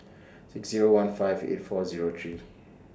six Zero one five eight four Zero three